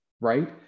right